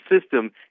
system